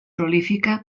prolífica